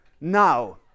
Now